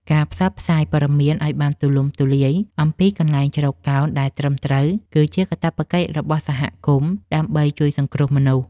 ការផ្សព្វផ្សាយព័ត៌មានឱ្យបានទូលំទូលាយអំពីកន្លែងជ្រកកោនដែលត្រឹមត្រូវ គឺជាកាតព្វកិច្ចរបស់សហគមន៍ដើម្បីជួយសង្គ្រោះមនុស្ស។